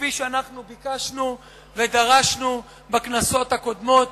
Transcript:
כפי שאנחנו ביקשנו ודרשנו בכנסות הקודמות,